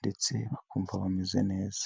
ndetse bakumva bameze neza.